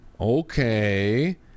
okay